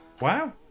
Wow